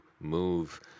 move